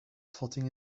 plotting